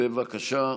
בבקשה,